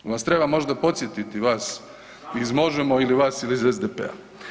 Jel vas treba možda podsjetiti vas iz Možemo ili vas ili iz SDP-a.